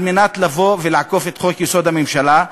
כדי לעקוף את חוק-יסוד: הממשלה.